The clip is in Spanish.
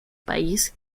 país